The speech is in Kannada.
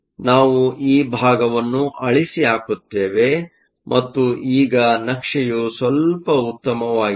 ನಾವು ಈ ಭಾಗವನ್ನು ಅಳಿಸಿಹಾಕುತ್ತೇವೆ ಮತ್ತು ಈಗ ನಕ್ಷೆಯು ಸ್ವಲ್ಪ ಉತ್ತಮವಾಗಿದೆ